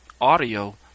audio